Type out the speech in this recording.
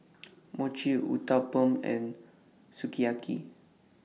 Mochi Uthapam and Sukiyaki